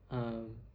um